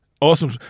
Awesome